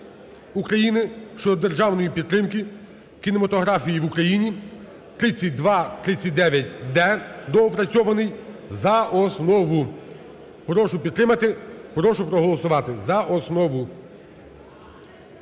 України щодо державної підтримки кінематографії в Україні (3239-д, доопрацьований) за основу. Прошу підтримати, прошу проголосувати за основу.